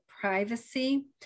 privacy